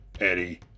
Eddie